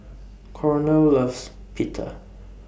Cornel loves Pita